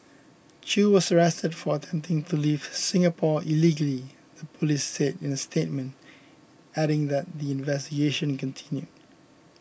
Chew was arrested for attempting to leave Singapore illegally the police said in a statement adding that their investigation continued